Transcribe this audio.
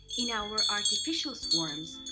in our artificial swarms,